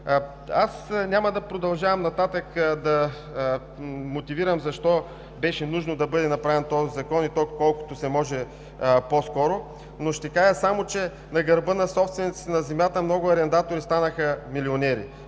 Няма да продължавам нататък да мотивирам защо беше нужно да бъде направен този закон, и то колкото се може по-скоро. Само ще кажа, че на гърба на собствениците на земята много арендатори станаха милионери